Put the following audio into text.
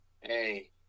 hey